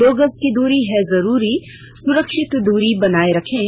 दो गज की दूरी है जरूरी सुरक्षित दूरी बनाए रखें